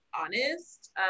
honest